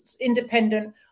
independent